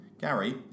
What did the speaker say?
Gary